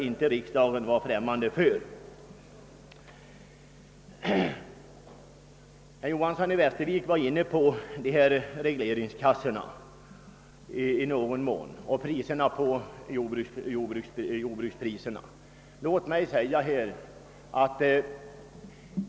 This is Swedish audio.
Herr Johanson i Västervik berörde i någon mån regleringskassorna och jordbrukspriserna.